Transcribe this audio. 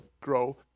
grow